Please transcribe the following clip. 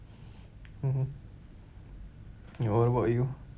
mmhmm ya what about you